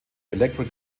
electric